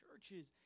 churches